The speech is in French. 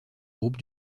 groupe